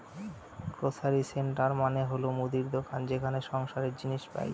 grocery store মানে হল মুদির দোকান যেখানে সংসারের জিনিস পাই